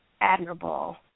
admirable